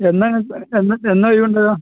എന്നാണ് എന്ന് എന്നാ ഈ കൊണ്ടുവരുക